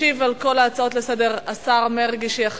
הצעות לסדר-היום מס'